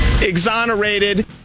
exonerated